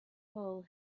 hole